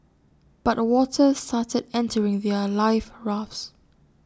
but water started entering their life rafts